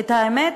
את האמת,